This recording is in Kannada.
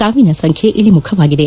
ಸಾವಿನ ಸಂಖ್ಯೆ ಇಳಿಮುಖವಾಗಿದೆ